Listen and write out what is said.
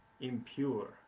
impure